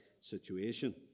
situation